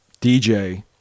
DJ